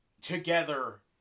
together